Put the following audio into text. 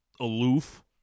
aloof